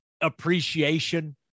appreciation